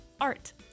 art